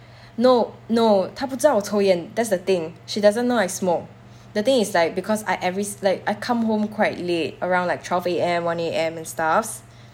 no no 她不知道抽烟 that's the thing she doesn't know I smoke the thing is like because I every sin~ like I come home quite late around like twelve A_M one A_M and stuff